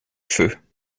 feu